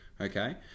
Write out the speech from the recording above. okay